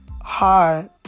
hard